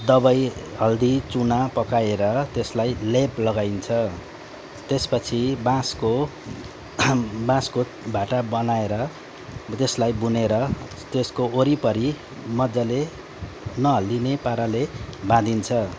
दवाई हल्दी चुना पकाएर त्यसलाई लेप लगाइन्छ त्यसपछि बाँसको बाँसको भाटा बनाएर त्यसलाई बुनेर त्यसको वरिपरि मज्जाले नहल्लिने पाराले बाँधिन्छ